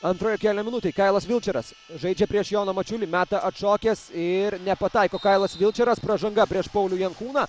antrojo kėlinio minutei kailas vilčeras žaidžia prieš joną mačiulį meta atšokęs ir nepataiko kailas vilčeras pražanga prieš paulių jankūną